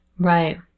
Right